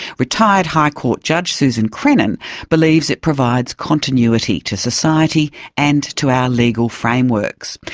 retired high court judge susan crennan believes it provides continuity to society and to our legal frameworks.